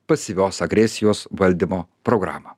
pasyvios agresijos valdymo programą